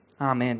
Amen